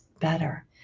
better